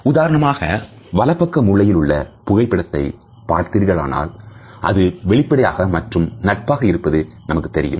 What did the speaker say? உதாரணமாக வலப்பக்க மூலையில் உள்ள புகைப்படத்தை பார்த்தீர்களானால் அது வெளிப்படையாக மற்றும் நட்பாக இருப்பது நமக்குத் தெரியும்